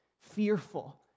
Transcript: fearful